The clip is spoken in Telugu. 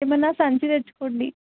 ఏమన్నా సంచి తెచ్చుకోండి